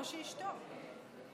או שישתוק.